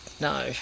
No